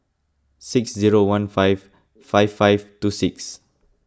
six zero one five five five two six